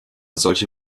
solche